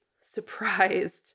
surprised